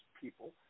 people